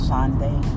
Sunday